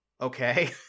okay